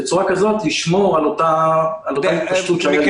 ובצורה כזאת לשמור על אותה התפשטות שהייתה לפני שבוע וחצי.